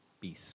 peace